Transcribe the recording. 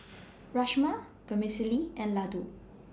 Rajma Vermicelli and Ladoo